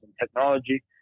technology